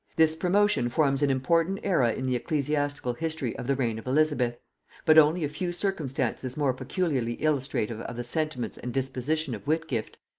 this promotion forms an important aera in the ecclesiastical history of the reign of elizabeth but only a few circumstances more peculiarly illustrative of the sentiments and disposition of whitgift,